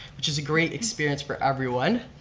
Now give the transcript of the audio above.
which is a great experience for everyone.